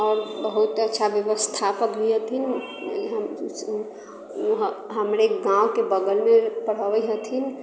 आओर बहुत अच्छा व्यवस्थापक भी हथिन हमरे गाँवके बगलमे पढ़बैत हथिन